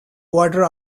water